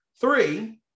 Three